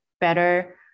better